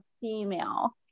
female